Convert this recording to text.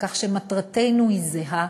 כך שמטרתנו היא זהה,